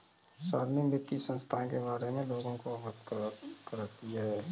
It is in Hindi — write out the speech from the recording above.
शालिनी वित्तीय संस्थाएं के बारे में लोगों को अवगत करती है